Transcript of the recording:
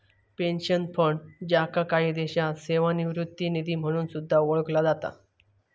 pension fund, ज्याका काही देशांत सेवानिवृत्ती निधी म्हणून सुद्धा ओळखला जाता